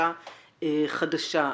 ובחקיקה חדשה.